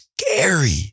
scary